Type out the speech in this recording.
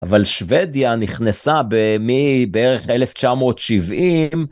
אבל שוודיה נכנסה מבערך מ-1970.